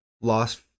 lost